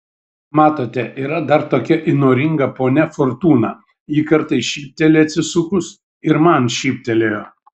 matote yra dar tokia įnoringa ponia fortūna ji kartais šypteli atsisukus ir man šyptelėjo